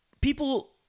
People